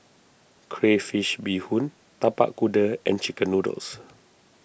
Crayfish BeeHoon Tapak Kuda and Chicken Noodles